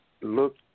Look